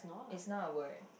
it's not a word